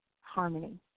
harmony